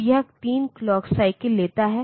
तो यह 3 clock cycle लेता है